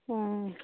অঁ